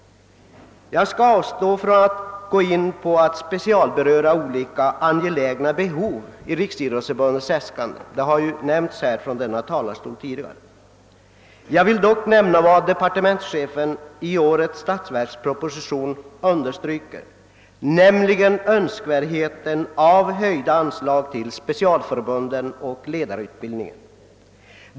Jag skall avstå från att speciellt beröra olika angelägna behov i Riksidrottsförbundets äskanden; de har ju omnämnts tidigare i debatten. Jag vill dock erinra om att departementschefen i årets statsverksproposition understryker önskvärdheten av höjda anslag till specialförbunden och till ledarutbildningen.